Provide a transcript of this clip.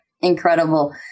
incredible